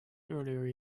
earlier